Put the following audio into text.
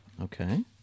Okay